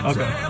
Okay